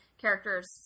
characters